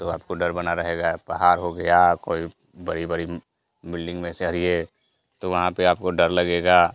तो आपको डर बना रहेगा पहाड़ हो गया कोई बड़ी बड़ी बिल्डिंग में चढ़िए तो वहाँ पर आपको डर लगेगा